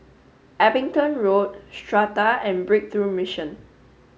Abingdon Road Strata and Breakthrough Mission